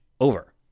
over